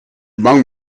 bang